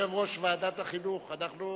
יושב-ראש ועדת החינוך, אנחנו